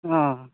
ᱚᱸᱻ